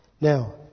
Now